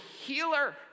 healer